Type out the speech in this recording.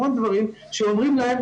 המון דברים שאומרים להם,